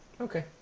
Okay